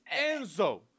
Enzo